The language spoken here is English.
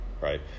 Right